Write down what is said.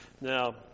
Now